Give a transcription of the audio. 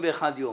21 ימים